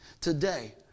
Today